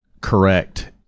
correct